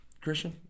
Christian